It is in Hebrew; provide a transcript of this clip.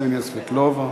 קסניה סבטלובה.